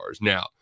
Now